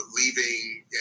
leaving